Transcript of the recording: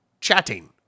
chatting